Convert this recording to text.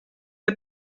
que